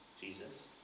Jesus